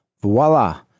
Voila